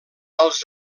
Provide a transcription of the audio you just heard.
als